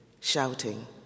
shouting